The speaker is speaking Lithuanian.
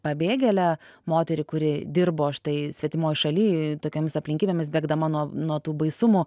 pabėgėlę moterį kuri dirbo štai svetimoj šaly tokiomis aplinkybėmis bėgdama nuo nuo tų baisumų